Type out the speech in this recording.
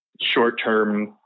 short-term